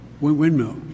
windmill